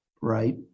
right